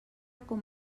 com